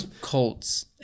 Colts